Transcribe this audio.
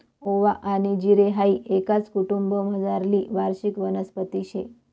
ओवा आनी जिरे हाई एकाच कुटुंबमझारली वार्षिक वनस्पती शे